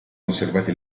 conservato